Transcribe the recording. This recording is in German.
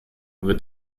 wird